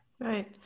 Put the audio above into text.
Right